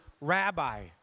Rabbi